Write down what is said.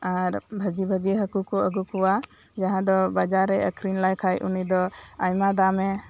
ᱟᱨ ᱵᱷᱟᱜᱤ ᱵᱷᱟᱜᱤ ᱦᱟᱹᱠᱩ ᱠᱚ ᱟᱜᱩ ᱠᱚᱣᱟ ᱡᱟᱦᱟᱸ ᱫᱚ ᱵᱟᱡᱟᱨ ᱨᱮ ᱟᱠᱷᱨᱤᱧ ᱞᱮᱭ ᱠᱷᱟᱡ ᱩᱱᱤ ᱫᱚ ᱟᱭᱢᱟ ᱫᱟᱢᱮ